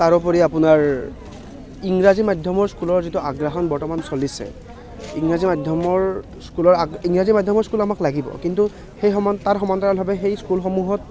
তাৰোপৰি আপোনাৰ ইংৰাজী মাধ্যমৰ স্কুলৰ আগ্ৰাসান যিটো বৰ্তমান চলিছে ইংৰাজী মাধ্যমৰ স্কুলৰ আগ ইংৰাজী মাধ্যমৰ স্কুল আমাক লাগিব কিন্তু সেই সমান তাৰ সমান্তৰালভাৱে সেই স্কুলসমূহত